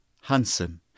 handsome